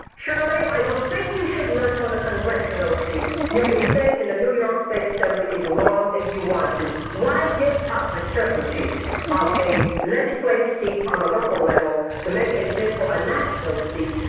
shirley, i don't think you should run for the congressional seat. you can stay in the new york state assembly as long as you want to why give up the certainty of a legislative seat on the local level to make a bid for a national seat?